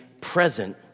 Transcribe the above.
present